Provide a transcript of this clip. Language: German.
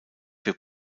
für